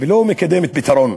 ולא מקדמת פתרון.